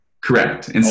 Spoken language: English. Correct